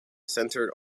centred